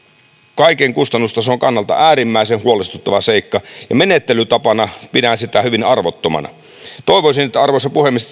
kaiken kustannustason kannalta äärimmäisen huolestuttava seikka ja menettelytapana pidän sitä hyvin arvottomana toivoisin arvoisa puhemies